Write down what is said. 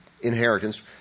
inheritance